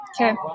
Okay